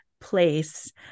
place